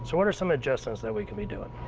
so what are some adjustments that we can be doing?